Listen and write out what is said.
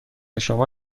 شما